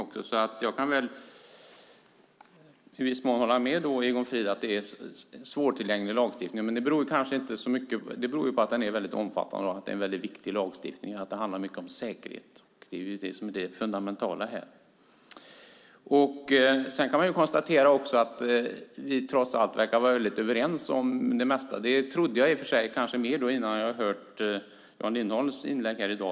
I viss mån kan jag väl hålla med Egon Frid om att det är en svårtillgänglig lagstiftning, just beroende på att lagstiftningen är väldigt omfattande och viktig. Mycket handlar här om säkerhet, om det fundamentala i sammanhanget. Trots allt verkar vi vara mycket överens om det mesta. I och för sig trodde jag det kanske mer innan jag hörde Jan Lindholms inlägg här i dag.